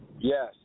Yes